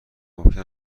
ممکن